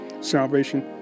salvation